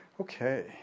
Okay